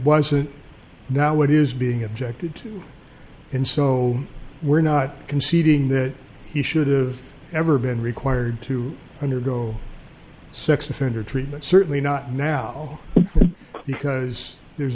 wasn't now what is being objected to and so we're not conceding that he should've ever been required to undergo sex offender treatment certainly not now because there's